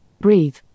breathe